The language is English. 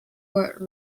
what